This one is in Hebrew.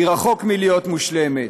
היא רחוקה מלהיות מושלמת.